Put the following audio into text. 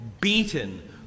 beaten